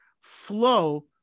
flow